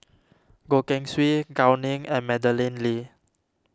Goh Keng Swee Gao Ning and Madeleine Lee